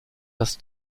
das